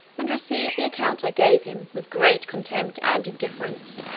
and received the account i gave him with great contempt and indifference,